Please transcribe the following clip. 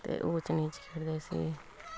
ਅਤੇ ਊਚ ਨੀਚ ਖੇਡਦੇ ਸੀ